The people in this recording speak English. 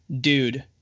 Dude